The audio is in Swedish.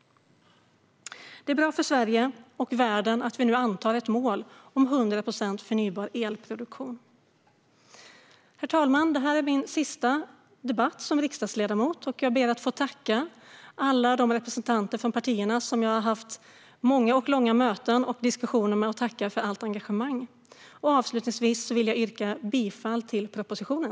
Det är bra för Sverige och världen att vi nu antar ett mål om 100 procent förnybar elproduktion. Herr talman! Detta är min sista debatt som riksdagsledamot, och jag ber att få tacka alla representanter för partierna som jag har haft många och långa möten och diskussioner med. Tack för allt engagemang! Avslutningsvis vill jag yrka bifall till propositionen.